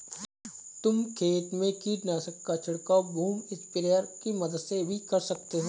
तुम खेत में कीटनाशक का छिड़काव बूम स्प्रेयर की मदद से भी कर सकते हो